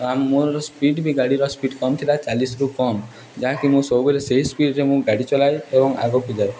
ଆ ମୋର ସ୍ପିଡ଼୍ ବି ଗାଡ଼ିର ସ୍ପିଡ଼୍ କମ୍ ଥିଲା ଚାଲିଶ୍ରୁ କମ୍ ଯାହାକି ମୁଁ ସବୁବେଳେ ସେଇ ସ୍ପିଡ଼୍ରେ ମୁଁ ଗାଡ଼ି ଚଲାଏ ଏବଂ ଆଗକୁ ଯାଏ